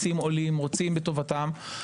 רוצים בטובתם של העולים ורוצים עולים,